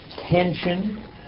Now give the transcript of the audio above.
tension